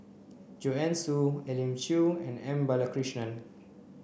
Joanne Soo Elim Chew and M Balakrishnan